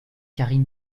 karim